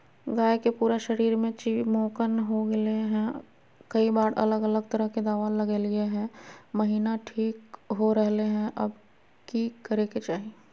गाय के पूरा शरीर में चिमोकन हो गेलै है, कई बार अलग अलग तरह के दवा ल्गैलिए है महिना ठीक हो रहले है, अब की करे के चाही?